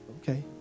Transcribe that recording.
okay